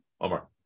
Omar